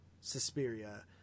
Suspiria